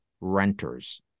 renters